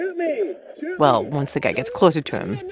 me well, once the guy gets closer to him,